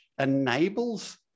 enables